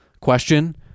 question